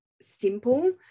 simple